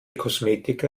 kosmetika